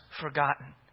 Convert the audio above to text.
forgotten